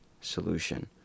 solution